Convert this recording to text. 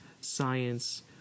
science